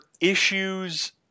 issues